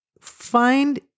Find